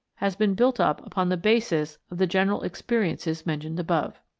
has been built up upon the basis of the general experiences mentioned above.